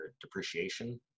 depreciation